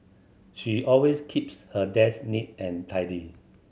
she always keeps her desk neat and tidy